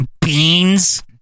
Beans